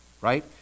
right